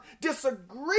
disagree